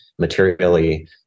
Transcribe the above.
materially